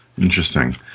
Interesting